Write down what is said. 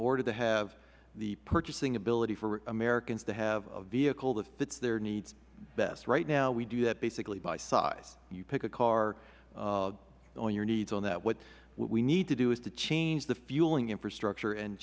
order to have the purchasing ability for americans to have a vehicle that fits their needs best right now we do that basically by size you pick a car for your needs on that what we need to do is to change the fueling infrastructure and